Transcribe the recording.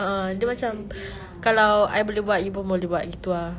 ah dia macam kalau I boleh buat you pun boleh buat gitu ah